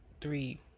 three